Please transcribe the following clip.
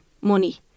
money